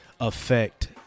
affect